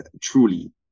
truly